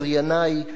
אך עבורי,